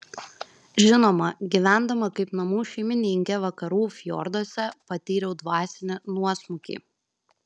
žinoma gyvendama kaip namų šeimininkė vakarų fjorduose patyriau dvasinį nuosmukį